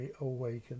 awaken